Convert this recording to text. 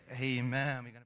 Amen